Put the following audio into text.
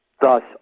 Thus